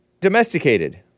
domesticated